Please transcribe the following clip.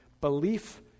Belief